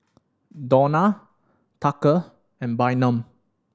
Dawna Tucker and Bynum